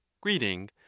greeting